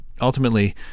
Ultimately